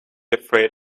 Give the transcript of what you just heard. afraid